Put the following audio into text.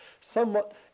somewhat